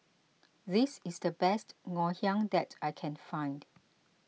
this is the best Ngoh Hiang that I can find